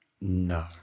No